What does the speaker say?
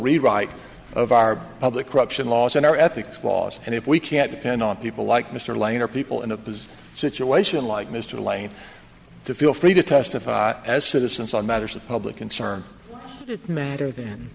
rewrite of our public corruption laws and our ethics laws and if we can't depend on people like mr lane or people in a bizarre situation like mr lane to feel free to testify as citizens on matters of public concern it matter th